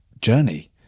journey